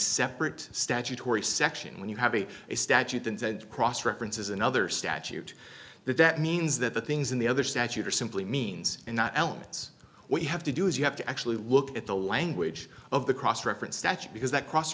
separate statutory section when you have a statute that said cross reference is another statute that that means that the things in the other statute are simply means and not elements what you have to do is you have to actually look at the language of the cross reference statute because that cross